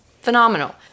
Phenomenal